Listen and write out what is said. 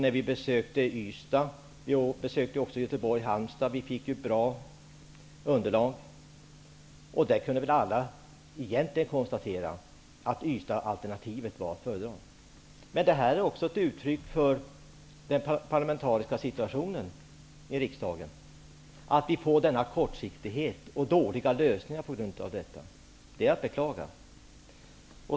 När vi besökte Ystad, Göteborg och Halmstad fick vi ett bra underlag. Vi kunde väl egentligen alla konstatera att Ystadsalternativet var att föredra, men det är ett uttryck för den parlamentariska situationen att vi nu får denna kortsiktighet och dåliga lösningar på grund av detta. Det är att beklaga.